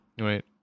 Right